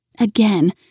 Again